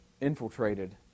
infiltrated